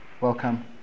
Welcome